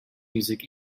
music